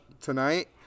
tonight